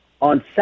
on